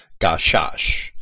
Gashash